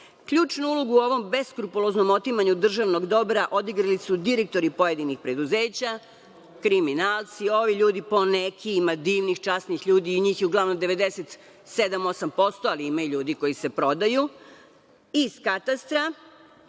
Ključnu ulogu u ovom beskrupuloznom otimanju državnog dobra odigrali su direktori pojedinih preduzeća, kriminalci, ovi ljudi, poneki, ima divnih časnih ljudi i njih je uglavnom 97%, 98%, ali ima i ljudi koji se prodaju, iz katastra,